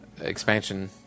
expansion